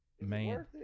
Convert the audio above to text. man